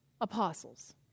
apostles